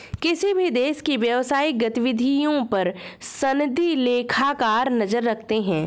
किसी भी देश की व्यवसायिक गतिविधियों पर सनदी लेखाकार नजर रखते हैं